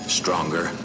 stronger